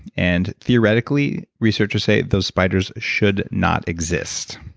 and theoretically, researcher say those spiders should not exist.